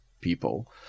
people